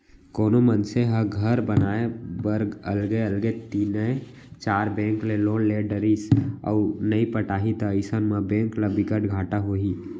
कोनो मनसे ह घर बनाए बर अलगे अलगे तीनए चार बेंक ले लोन ले डरिस अउ नइ पटाही त अइसन म बेंक ल बिकट घाटा होही